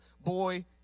boy